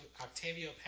Octavio